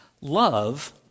Love